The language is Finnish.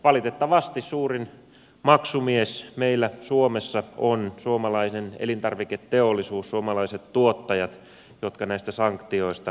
valitettavasti suurin maksumies meillä suomessa on suomalainen elintarviketeollisuus suomalaiset tuottajat jotka näistä sanktioista kärsivät